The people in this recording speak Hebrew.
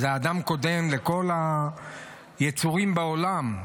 אז האדם קודם לכל היצורים בעולם.